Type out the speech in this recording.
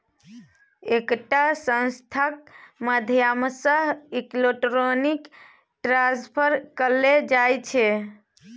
एकटा संस्थाक माध्यमसँ इलेक्ट्रॉनिक ट्रांसफर कएल जाइ छै